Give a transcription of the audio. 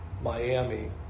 Miami